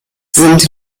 sind